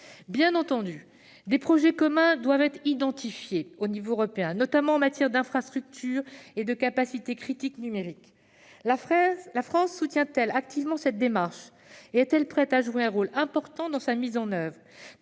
Bien entendu, des projets communs doivent être identifiés au niveau européen, notamment en matière d'infrastructures et de capacités numériques critiques. La France soutient-elle activement cette démarche et est-elle prête à jouer un rôle important dans sa mise en oeuvre ?